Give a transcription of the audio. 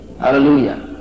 Hallelujah